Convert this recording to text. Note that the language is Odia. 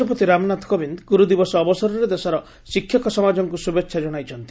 ରାଷ୍ଟ୍ରପତି ଶ୍ରୀ ରାମ ନାଥ କୋବିନ୍ଦ ଗୁରୁ ଦିବସ ଅବସରରେ ଦେଶର ଶିକ୍ଷକ ସମାଜଙ୍କୁ ଶୁଭେଛା ଜଣାଇଛନ୍ତି